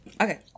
Okay